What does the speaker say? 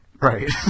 Right